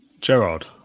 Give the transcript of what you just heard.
Gerard